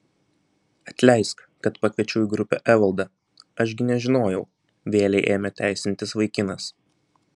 atleisk kad pakviečiau į grupę evaldą aš gi nežinojau vėlei ėmė teisintis vaikinas